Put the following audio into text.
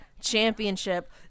championship